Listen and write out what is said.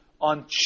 on